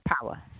power